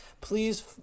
Please